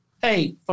Hey